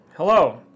Hello